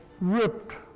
ripped